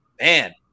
man